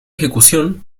ejecución